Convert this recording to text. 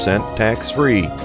tax-free